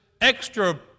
extra